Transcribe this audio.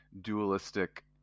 dualistic